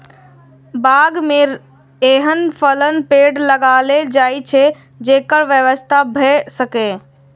बाग मे एहन फलक पेड़ लगाएल जाए छै, जेकर व्यवसाय भए सकय